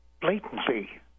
blatantly